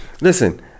listen